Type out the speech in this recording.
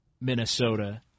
Minnesota